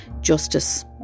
justice-